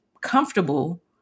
comfortable